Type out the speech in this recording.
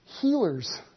healers